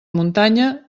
muntanya